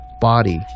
body